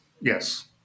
Yes